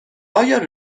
آیا